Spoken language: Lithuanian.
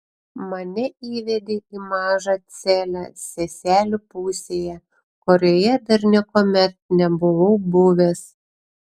mane įvedė į mažą celę seselių pusėje kurioje dar niekuomet nebuvau buvęs